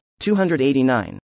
289